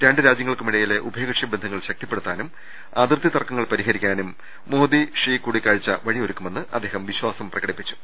രണ്ടുരാജൃങ്ങൾക്കുമിടയിലെ ഉഭയ്കക്ഷി ബന്ധങ്ങൾ ശക്തി പ്പെടുത്താനും അതിർത്തി തർക്കങ്ങൾ പരിഹരിക്കാനും മോദി ഷീ കൂടിക്കാഴ്ച്ച വഴിയൊരുക്കുമെന്ന് അദ്ദേഹം വിശ്വാസം പ്രകടിപ്പിച്ചു